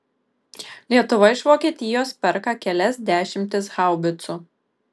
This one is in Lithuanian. lietuva iš vokietijos perka kelias dešimtis haubicų